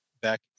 back